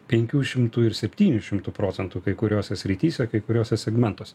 penkių šimtų ir septynių šimtų procentų kai kuriose srityse kai kuriuose segmentuose